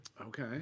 okay